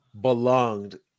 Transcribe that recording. belonged